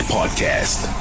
Podcast